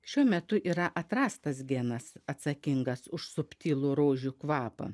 šiuo metu yra atrastas genas atsakingas už subtilų rožių kvapą